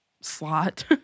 slot